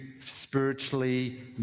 spiritually